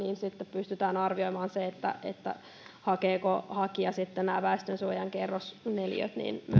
pystytään arvioimaan se hakeeko hakija myöskin nämä väestönsuojan kerrosneliöt